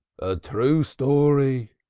a true story!